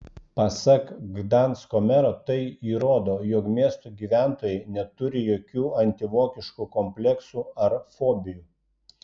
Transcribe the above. pasak gdansko mero tai įrodo jog miesto gyventojai neturi jokių antivokiškų kompleksų ar fobijų